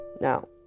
now